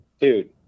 dude